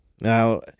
Now